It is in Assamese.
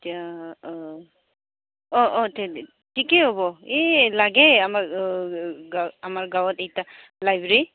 এতিয়া অঁ অঁ অঁ তেতিয়া ঠিকেই হ'ব এই লাগে আমাৰ আমাৰ গাঁৱত এটা লাইব্ৰেৰী